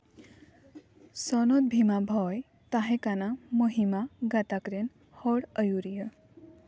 ᱥᱚᱱᱚᱛ ᱵᱷᱤᱢᱟ ᱵᱷᱚᱭ ᱛᱟᱦᱮᱠᱟᱱᱟ ᱢᱚᱦᱤᱢᱟ ᱜᱟᱛᱟᱠ ᱨᱮᱱ ᱦᱮᱲ ᱟᱹᱭᱩᱨᱤᱭᱟᱹ